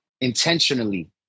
Intentionally